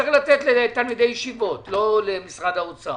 צריך לתת לתלמידי ישיבות ולא למשרד האוצר.